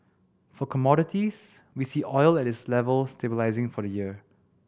for commodities we see oil at this level stabilising for the year